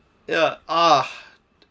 ya ah